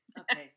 Okay